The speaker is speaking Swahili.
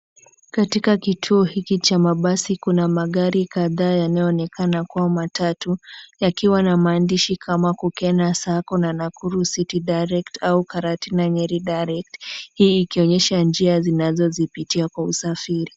Katika kituo hiki cha mabasi, kuna magari kadhaa yanayoonekana kua matatu, yakiwa na maandishi kama, Kukena Sacco, na Nakuru City Direct, au Karatina Nyeri Direct. Hii ikionyesha njia zinazozipitia kwa usafiri.